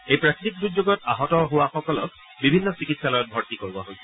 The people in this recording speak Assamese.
এই প্ৰাকৃতিক দুৰ্যোগত আহত হোৱাসকলক বিভিন্ন চিকিৎসালয়ত ভৰ্তি কৰোৱা হৈছে